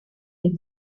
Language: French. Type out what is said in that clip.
des